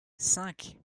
cinq